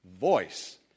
voice